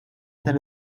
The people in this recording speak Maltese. tal